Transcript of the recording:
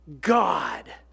God